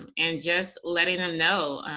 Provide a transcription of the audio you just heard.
and and just letting them know,